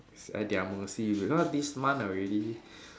at their mercy because this month already